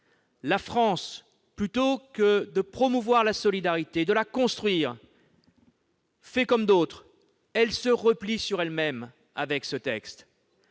la France, plutôt que de promouvoir la solidarité, de la construire, fait comme d'autres pays et se replie sur elle-même. Elle fait